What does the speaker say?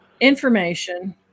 Information